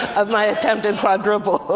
of my attempted quadruple.